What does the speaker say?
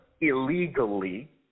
illegally